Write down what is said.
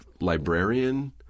librarian